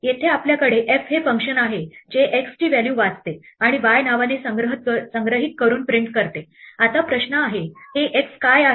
येथे आपल्याकडे f हे फंक्शन आहे जे x ची व्हॅल्यू वाचते आणि y नावाने संग्रहित करून प्रिंट करते आता प्रश्न आहे हे x काय आहे